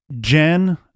Jen